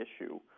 issue